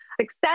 success